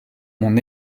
mon